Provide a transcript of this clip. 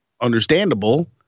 understandable